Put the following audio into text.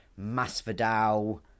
Masvidal